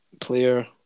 player